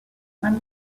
man